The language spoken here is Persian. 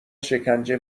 شکنجه